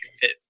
fit